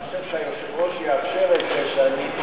אני חושב שהיושב-ראש יאפשר את זה שאני,